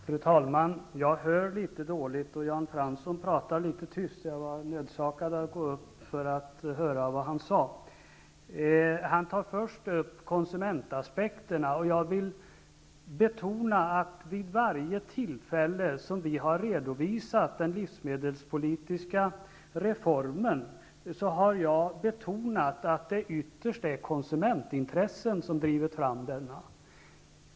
Fru talman! Jag hör litet dåligt och Jan Fransson talar litet tyst. Därför var jag nödsakad att gå upp för att höra vad han sade. Han tar först upp konsumentaspekterna. Jag vill betona att jag har, vid varje tillfälle som vi har redovisat den livsmedelspolitiska reformen, betonat att det ytterst är konsumentintressen som drivit fram denna.